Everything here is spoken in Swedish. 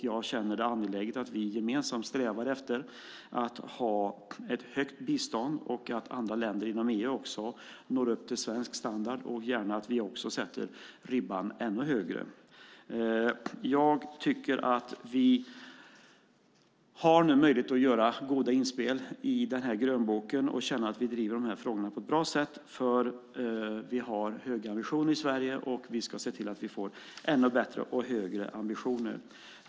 Jag känner det angeläget att vi gemensamt strävar efter att ha högt bistånd, att andra länder inom EU också når upp till svensk standard och gärna också att vi sätter ribban ännu högre. Vi har nu möjlighet att göra goda inspel beträffande grönboken och känna att vi driver frågorna på ett bra sätt. Vi har höga ambitioner i Sverige och ska se till att vi får ännu bättre och högre ambitioner.